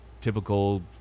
typical